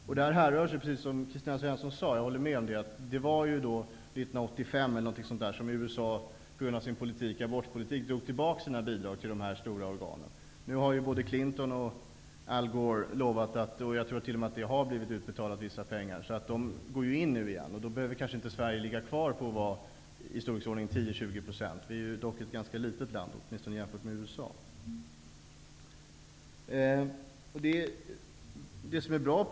Jag håller med om det som Kristina Svensson sade. Det var 1985 som USA på grund av sin abortpolitik drog tillbaks sina bidrag till de stora organen. Nu har ju både Clinton och Al Gore lovat vissa pengar, och jag tror t.o.m. att de har blivit utbetalda. Då behöver kanske inte Sverige ligga kvar på 10--20 %. Vi är ju dock ett ganska litet land, åtminstone jämfört med USA.